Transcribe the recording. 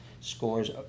scores